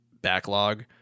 backlog